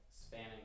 spanning